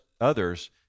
others